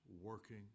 working